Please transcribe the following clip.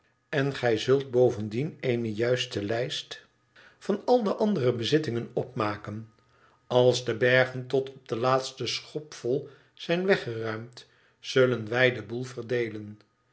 en gij zult bovendien eene juiste lijst van al de andere bezittingen opmaken als de bergen tot op de laatste schopvol zijn weggeruimd zullen wij den boel verdeelen